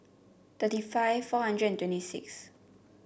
thirty five four hundred and twenty six